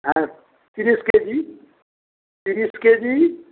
হ্যাঁ তিরিশ কেজি তিরিশ কেজি